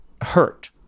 hurt